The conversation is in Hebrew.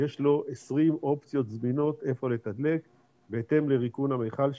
יש לו 20 אופציות זמינות איפה לתדלק בהתאם לריקון המכל שלו.